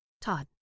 Todd